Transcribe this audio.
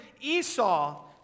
Esau